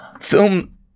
film